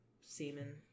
semen